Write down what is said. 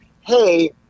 hey